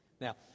Now